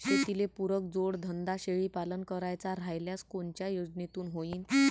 शेतीले पुरक जोडधंदा शेळीपालन करायचा राह्यल्यास कोनच्या योजनेतून होईन?